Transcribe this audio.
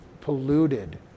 polluted